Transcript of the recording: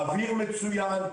האוויר מצוין,